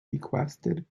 bequeathed